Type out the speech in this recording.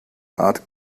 art